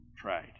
tried